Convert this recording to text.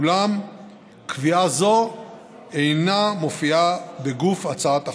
אולם קביעה זו אינה מופיעה בגוף הצעת החוק.